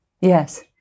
Yes